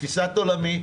לתפיסת עולמי,